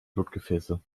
blutgefäße